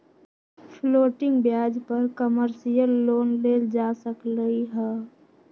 floating ब्याज पर commercial loan लेल जा सकलई ह